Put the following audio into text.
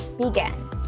begin